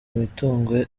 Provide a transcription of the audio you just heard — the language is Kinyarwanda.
imitungo